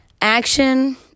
action